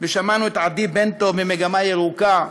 ושמענו את עדי בן-טוב מ"מגמה ירוקה",